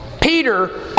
Peter